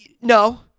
No